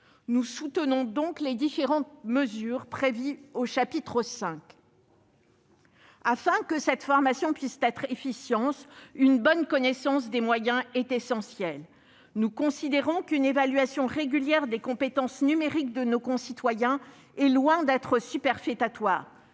Nous soutenons donc les différentes mesures prévues dans le texte à cet égard. Afin que la formation puisse être efficiente, une bonne connaissance des besoins est essentielle. Nous considérons qu'une évaluation régulière des compétences numériques de nos concitoyens est loin d'être superfétatoire.